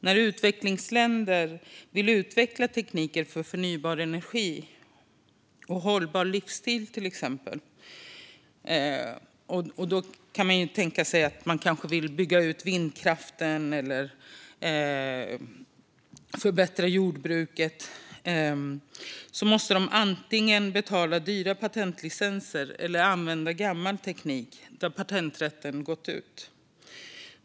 När utvecklingsländer vill utveckla tekniker för förnybar energi och en hållbar livsstil, till exempel genom att bygga ut vindkraften eller förbättra jordbruket, måste de antingen betala dyra patentlicenser eller använda gammal teknik där patenträtten gått ut.